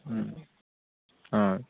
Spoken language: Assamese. হয়